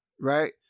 right